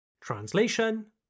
Translation